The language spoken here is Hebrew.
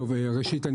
ראשית,